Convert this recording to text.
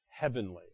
heavenly